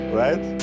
right